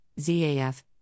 ZAF